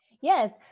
Yes